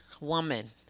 woman